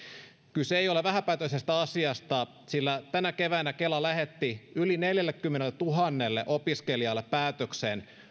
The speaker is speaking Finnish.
kyse ei ole vähäpätöisestä asiasta sillä tänä keväänä kela lähetti yli neljällekymmenelletuhannelle opiskelijalle päätöksen